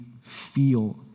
feel